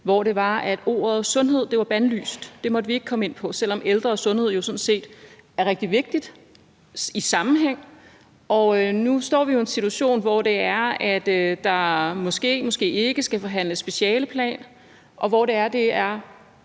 hvor ordet sundhed var bandlyst. Det måtte vi ikke komme ind på, selv om ældre og sundhed jo sådan set er rigtig vigtigt i sammenhæng. Og nu står vi i en situation, hvor der måske, måske ikke skal forhandles specialeplan, og hvor det er meget,